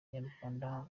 nyarwanda